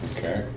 Okay